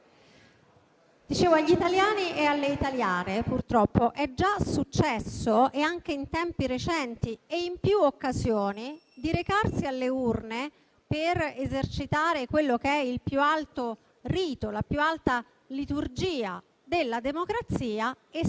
Dicevo che agli italiani e alle italiane, purtroppo, è già successo e anche in tempi recenti, in più occasioni, di recarsi alle urne per esercitare quello che è il più alto rito, la più alta liturgia della democrazia,